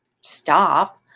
stop